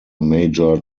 major